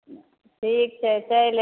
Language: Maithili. ठीक छै चैलि आयब